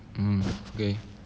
mm okay